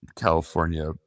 California